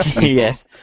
Yes